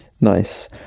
Nice